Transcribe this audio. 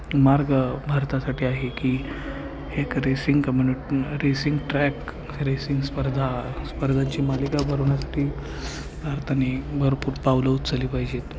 मार्ग भारतासाठी आहे की एक racing community racing track racing स्पर्धा स्पर्धांची मालिका भरवण्यासाठी भारताने भरपूर पावलं उचलली पाहिजेत